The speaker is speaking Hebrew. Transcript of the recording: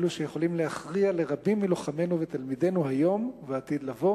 הן אלו שיכולות להכריע לרבים מלוחמינו ותלמידינו היום ולעתיד לבוא